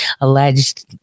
alleged